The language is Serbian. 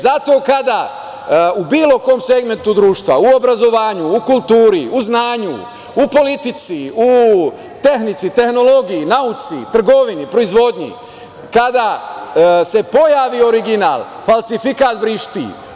Zato kada u bilo kom segmentu društva u obrazovanju, u kulturi, u znanju, u politici, u tehnici, tehnologiji, nauci, trgovini, proizvodnji, kada se pojavi original falsifikat vrišti.